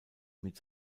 mit